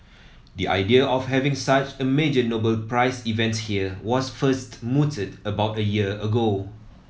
the idea of having such a major Nobel Prize event here was first mooted about a year ago